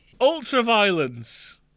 ultraviolence